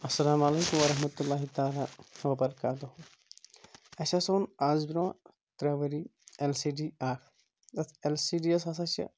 اسلام علیکم ورحمتہ اللہ تعالیٰ وبرکاتہ اَسہِ ہسا اوٚن آز برونٛہہ ترٛےٚ ؤری ایل سی ڈی اکھ تَتھ ایل سی ڈیس ہسا چھِ